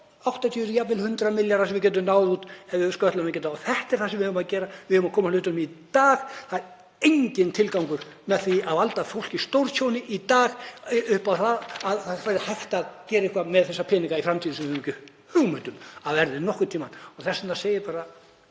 Þetta er það sem við eigum að gera. Við eigum að koma hlutunum í lag í dag. Það er enginn tilgangur með því að valda fólki stórtjóni í dag upp á það að hægt væri að gera eitthvað með þessa peninga í framtíðinni sem við höfum ekki hugmynd um að verði nokkurn tíma. Þess vegna segi ég bara: